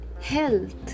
health